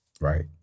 right